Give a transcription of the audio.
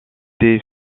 des